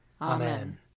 Amen